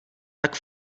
tak